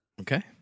Okay